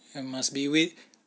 and must be weighed